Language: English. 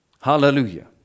Hallelujah